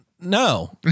no